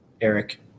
Eric